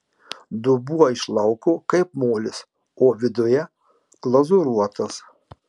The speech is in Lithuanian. dubuo iš lauko kaip molis o viduje glazūruotas